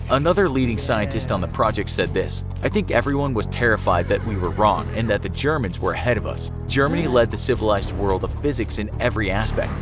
another leading scientist on the project said this, i think everyone was terrified that we were wrong, and the germans were ahead of us, germany led the civilized world of physics in every aspect,